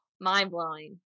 mind-blowing